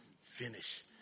Finish